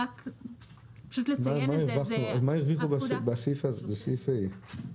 אז מה הרוויחו בסעיף (ה)?